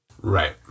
Right